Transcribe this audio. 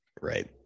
right